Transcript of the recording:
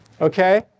Okay